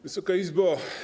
Wysoka Izbo!